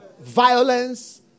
Violence